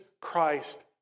Christ